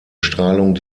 strahlung